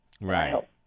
Right